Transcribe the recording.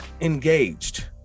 engaged